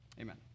Amen